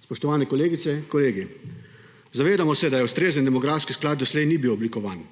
Spoštovani kolegice, kolegi, zavedamo se, da ustrezen demografski sklad doslej ni bil oblikovan.